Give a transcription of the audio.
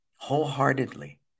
wholeheartedly